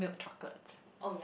milk chocolates